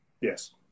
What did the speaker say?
Yes